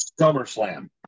SummerSlam